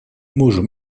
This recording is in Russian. можем